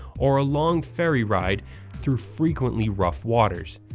or a long ferry ride through frequently rough waters.